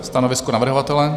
Stanovisko navrhovatele?